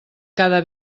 cada